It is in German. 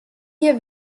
hier